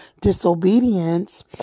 disobedience